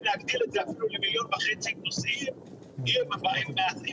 להגדיל את זה אפילו למיליון וחצי נוסעים עם השיטה